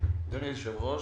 אדוני היושב-ראש,